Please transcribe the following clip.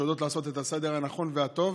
שיודעות לעשות את הסדר הנכון והטוב